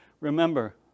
Remember